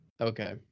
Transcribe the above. Okay